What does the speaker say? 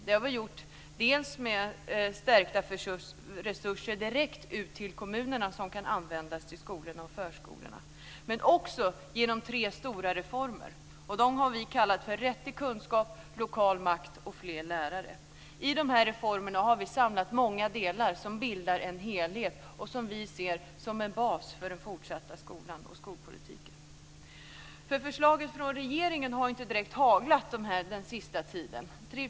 Det har vi gjort med bl.a. stärkta resurser direkt ut till kommunerna att användas för skolorna och förskolorna, men också med hjälp av tre stora reformer. De har vi kallat för Rätt till kunskap, Lokal makt och Fler lärare. I reformerna har vi samlat många delar som bildar en helhet och som vi ser som en bas för den fortsatta skolan och skolpolitiken. Det har inte direkt haglat förslag från regeringen den senaste tiden.